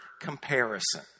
comparison